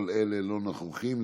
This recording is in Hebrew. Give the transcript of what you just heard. כל אלה לא נוכחים.